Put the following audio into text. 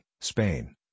Spain